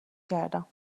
کردم